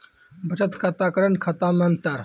बचत खाता करेंट खाता मे अंतर?